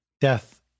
Death